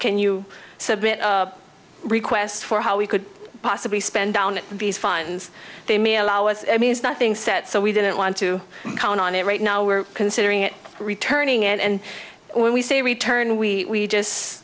can you submit a request for how we could possibly spend down these fines they may allow us i mean nothing set so we didn't want to count on it right now we're considering it returning and when we say return we just